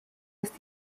ist